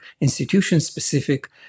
institution-specific